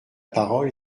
parole